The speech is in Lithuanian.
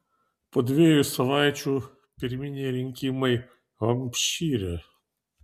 po dviejų savaičių pirminiai rinkimai hampšyre